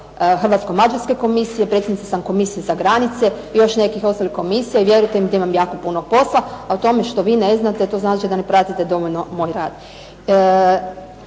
Hrvatsko-mađarske komisije, predsjednica sam komisije za granice i još nekih ostalih komisija i vjerujte mi da imam jako puno posla, a o tome što vi ne znate to znači da ne pratite dovoljno moj rad.